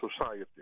society